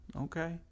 Okay